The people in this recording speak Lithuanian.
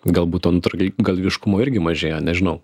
galbūt to nutrūgalviškumo irgi mažėja nežinau